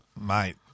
mate